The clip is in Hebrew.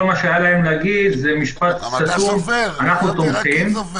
מה שהיה להם להגיד זה משפט סתום "אנחנו תומכים",